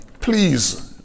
please